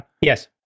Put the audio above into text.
Yes